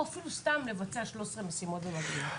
או סתם לבצע 13 משימות במקביל.